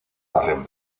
darren